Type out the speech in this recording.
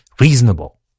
reasonable